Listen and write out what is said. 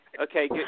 Okay